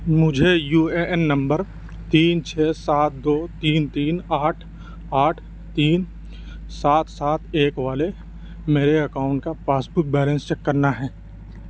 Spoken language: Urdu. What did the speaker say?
مجھے یو اے این نمبر تین چھ سات دو تین تین آٹھ آٹھ تین سات سات ایک والے میرے اکاؤنٹ کا پاس بک بیلنس چیک کرنا ہے